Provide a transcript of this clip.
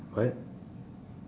what